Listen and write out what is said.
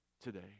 today